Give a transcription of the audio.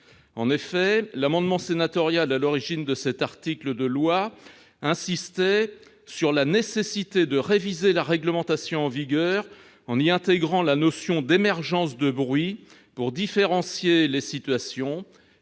traversées. L'amendement sénatorial à l'origine de cet article de loi insistait « sur la nécessité de réviser la réglementation en vigueur en y intégrant la notion d'émergence de bruit pour différencier les situations,